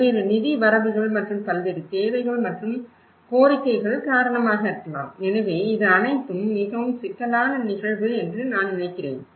பல்வேறு நிதி வரவுகள் மற்றும் பல்வேறு தேவைகள் மற்றும் கோரிக்கைகள் காரணமாக இருக்கலாம் எனவே இது அனைத்தும் மிகவும் சிக்கலான நிகழ்வு என்று நான் நினைக்கிறேன்